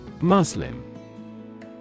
Muslim